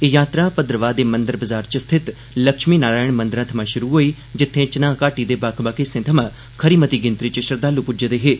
एह जात्तरा भद्रवाह दे मंदर बजार च स्थित लक्ष्मी नारायण मंदरै थमा शुरु होई जित्थें चिनाब घाटी दे बक्ख बक्ख हिस्सें थमां खरी मती गिनतरी च श्रद्दालू पूज्जे दे हे